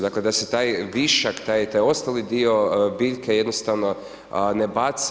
Dakle da se taj višak, taj ostali dio biljke jednostavno ne baca.